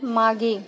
मागे